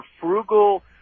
frugal